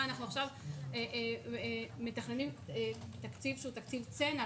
אנחנו עכשיו מתכננים תקציב שהוא תקציב צנע,